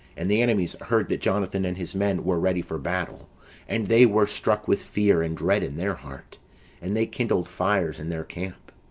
and the enemies heard that jonathan and his men were ready for battle and they were struck with fear and dread in their heart and they kindled fires in their camp.